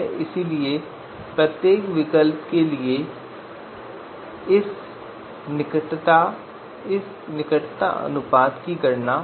इसलिए प्रत्येक विकल्प के लिए हम इस निकटता अनुपात की गणना